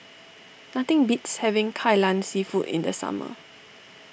nothing beats having Kai Lan Seafood in the summer